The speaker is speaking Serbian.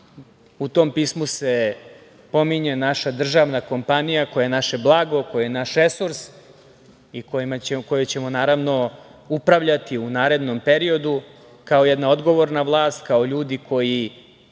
U tom pismu se pominje naša državna kompanija, koja je naše blago, koje je naš resurs i kojim ćemo naravno upravljati u narednom periodu kao jedna odgovorna vlast, kao ljudi koji